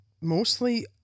mostly